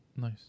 Nice